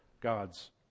God's